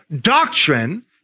doctrine